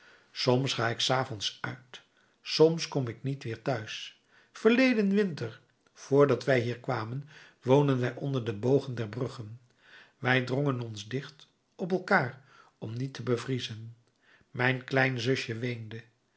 soms ga ik s avonds uit soms kom ik niet weer t'huis verleden winter vr dat wij hier kwamen woonden wij onder de bogen der bruggen wij drongen ons dicht op elkaar om niet te bevriezen mijn klein zusje weende